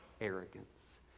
arrogance